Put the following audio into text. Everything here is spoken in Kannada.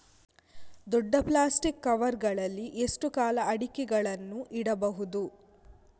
ದೊಡ್ಡ ಪ್ಲಾಸ್ಟಿಕ್ ಕವರ್ ಗಳಲ್ಲಿ ಎಷ್ಟು ಕಾಲ ಅಡಿಕೆಗಳನ್ನು ಇಡಬಹುದು?